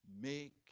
make